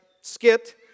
skit